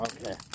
Okay